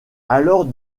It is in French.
alors